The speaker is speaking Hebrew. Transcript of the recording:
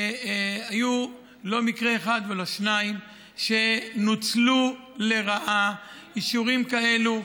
היו לא מקרה אחד ולא שניים שנוצלו לרעה אישורים כאלה,